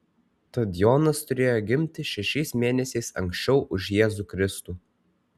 tad jonas turėjo gimti šešiais mėnesiais anksčiau už jėzų kristų